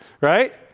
right